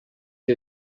que